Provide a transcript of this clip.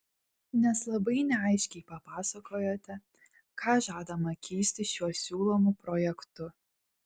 nes labai neaiškiai papasakojote ką žadama keisti šiuo siūlomu projektu